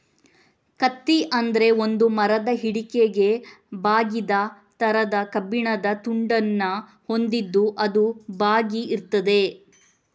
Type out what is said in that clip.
ಕತ್ತಿ ಅಂದ್ರೆ ಒಂದು ಮರದ ಹಿಡಿಕೆಗೆ ಬಾಗಿದ ತರದ ಕಬ್ಬಿಣದ ತುಂಡನ್ನ ಹೊಂದಿದ್ದು ಅದು ಬಾಗಿ ಇರ್ತದೆ